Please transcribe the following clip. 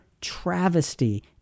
travesty